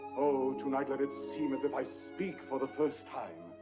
oh, tonight let it seem as if i speak for the first time.